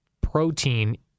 protein